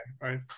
right